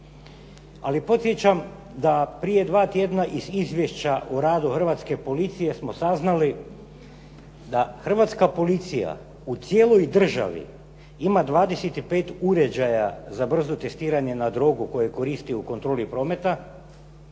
Ali podsjećam da prije dva tjedna iz Izvješća o radu Hrvatske policije smo saznali da Hrvatska policija u cijeloj državi ima 25 uređaja za brzo testiranje na drogu koju koristi u kontroli prometa